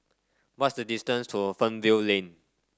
what's the distance to Fernvale Lane